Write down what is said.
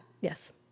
yes